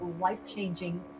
life-changing